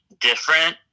different